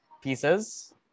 pieces